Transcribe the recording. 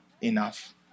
enough